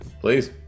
please